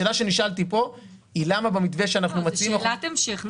השאלה שנשאלתי כאן היא למה במתווה שאנחנו מציעים --- שאלת המשך נכונה.